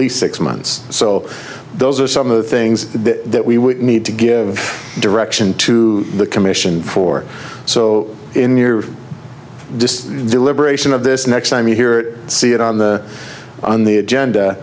least six months so those are some of the things that we need to give direction to the commission for so in your deliberation of this next time you hear it see it on the on the agenda